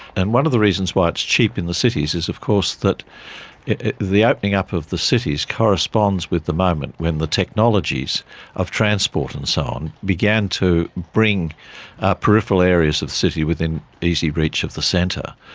and one of the reasons why it's cheap in the cities is of course that the opening up of the cities corresponds with the moment when the technologies of transport and so on began to bring peripheral areas of the city within easy reach of the centre.